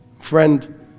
Friend